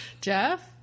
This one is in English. Jeff